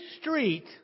street